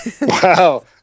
wow